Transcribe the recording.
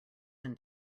than